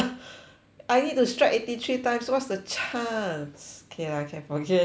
I need to strike eighty three times so what's the chance K lah can forget it already